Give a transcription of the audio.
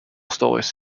stories